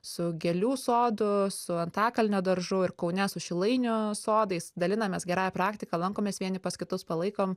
su gėlių sodu su antakalnio daržu ir kaune su šilainių sodais dalinamės gerąja praktika lankomės vieni pas kitus palaikom